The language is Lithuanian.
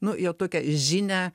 nu jau tokią žinią